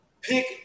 Pick